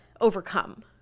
overcome